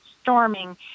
storming